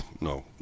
no